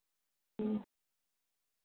ᱦᱩᱸ